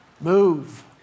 move